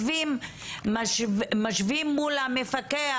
ומשווים מול המפקח,